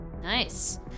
Nice